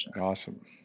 awesome